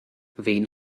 wen